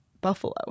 Buffalo